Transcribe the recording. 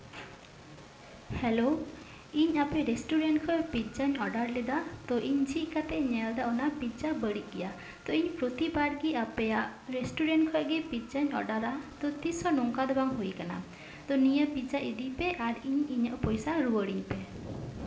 hello ᱤᱧ ᱟᱯᱮ restaurant ᱠᱷᱚᱱ ᱯᱤᱡᱡᱟᱧ ᱚᱰᱟᱨ ᱞᱮᱫᱟ ᱛᱚ ᱤᱧ ᱡᱷᱤᱡ ᱠᱟᱛᱮᱫ ᱧᱮᱞ ᱮᱫᱟ ᱚᱱᱟ ᱯᱤᱡᱡᱟ ᱵᱟᱹᱲᱤᱡ ᱜᱮᱭᱟ ᱛᱚ ᱤᱧ ᱯᱨᱚᱛᱤᱵᱟᱨ ᱜᱮ ᱟᱯᱮᱭᱟᱜ ᱨᱮᱥᱴᱩᱨᱩᱨᱮᱱᱴ ᱠᱷᱚᱱ ᱜᱮ ᱯᱤᱡᱡᱟᱧ ᱚᱰᱟᱨᱟ ᱛᱚ ᱛᱤᱥᱦᱚᱸ ᱱᱚᱝᱠᱟ ᱫᱚ ᱵᱟᱝ ᱦᱩᱭ ᱟᱠᱟᱱᱟ ᱛᱚ ᱱᱤᱭᱟᱹ ᱯᱤᱡᱡᱟ ᱤᱫᱤ ᱯᱮ ᱟᱨ ᱤᱧ ᱤᱧᱟᱹᱜ ᱯᱚᱭᱥᱟ ᱨᱩᱣᱟᱹᱲ ᱟᱹᱧ ᱯᱮ